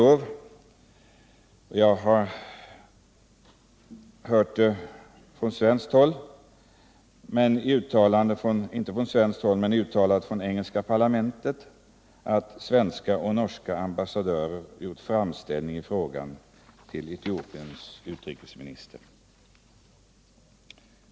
Det sägs — jag har inte hört det från svenskt håll, men i uttalanden från det engelska parlamentet — att den svenska och den norska ambassadören gudskelov gjort en framställning i frågan till Etiopiens utrikesminister.